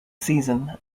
season